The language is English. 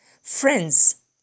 Friends